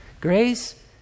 Grace